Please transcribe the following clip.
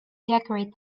decorate